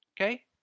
okay